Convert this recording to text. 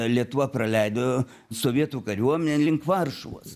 lietuva praleido sovietų kariuomenę link varšuvos